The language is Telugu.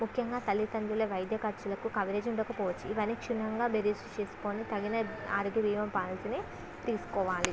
ముఖ్యంగా తల్లిదండ్రుల వైద్య ఖర్చులకు కవరేజ్ ఉండకపోవచ్చు ఇవన్నీ క్షుణ్ణంగా బేరీజు చేసుకొని తగిన ఆరోగ్య భీమా పాలసీని తీసుకోవాలి